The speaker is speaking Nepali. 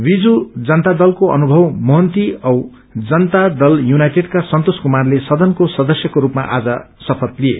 बीजू जनता दलको अनुभव मोहन्ती जौ जनता दल युनाइटेडका सन्तोष कुमारले सदनको सदस्यको रूपमा आज शपथ लिए